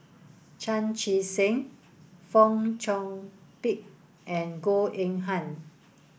Chan Chee Seng Fong Chong Pik and Goh Eng Han